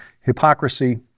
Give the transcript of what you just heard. hypocrisy